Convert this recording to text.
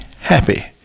happy